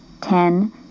Ten